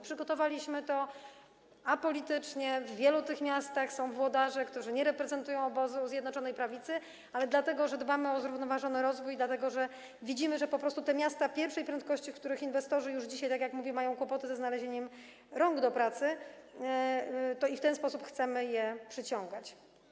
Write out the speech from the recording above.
Przygotowaliśmy je apolitycznie, w wielu z tych miastach są włodarze, którzy nie reprezentują obozu Zjednoczonej Prawicy, ale dlatego, że dbamy o zrównoważony rozwój i dlatego, że widzimy, że w miastach pierwszej prędkości inwestorzy już dzisiaj, tak jak mówię, mają kłopoty ze znalezieniem rąk do pracy, w ten sposób chcemy ich przyciągać.